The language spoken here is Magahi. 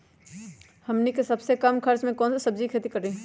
हमनी के सबसे कम खर्च में कौन से सब्जी के खेती करी?